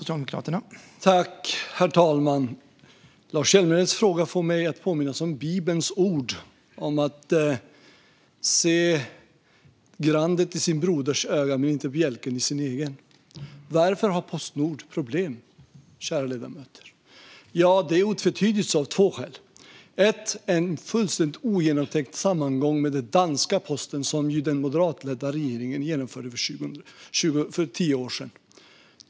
Herr talman! Lars Hjälmereds fråga får mig att tänka på Bibelns ord om att se grandet i sin broders öga men inte bjälken i sitt eget. Varför har Postnord problem, kära ledamöter? Det är otvetydigt så av två skäl. Ett: en fullständigt ogenomtänkt sammangång med den danska posten, som den moderatledda regeringen ju genomförde för tio år sedan.